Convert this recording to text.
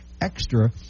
extra